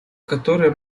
которое